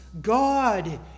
God